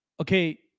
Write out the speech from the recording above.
Okay